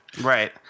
Right